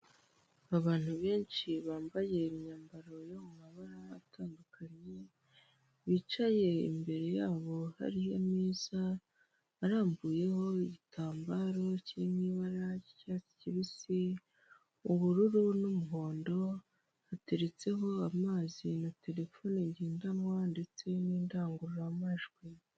Abantu benshi bambaye imyambaro yo mu mabara atandukanye, bicaye imbere yabo hari ameza arambuyeho igitambaro k'ibara ry'icyatsi kibisi, ubururu n'umuhondo, hateretseho amazi na terefone ngendanwa ndetse n'indangururamajwi.